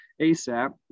ASAP